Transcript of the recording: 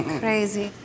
crazy